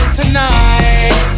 tonight